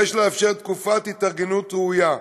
יש לאפשר תקופת התארגנות ראויה,